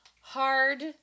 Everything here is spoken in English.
hard